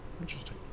Interesting